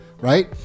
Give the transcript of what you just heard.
right